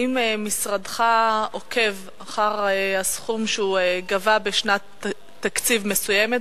האם משרדך עוקב אחר הסכום שהוא גבה בשנת תקציב מסוימת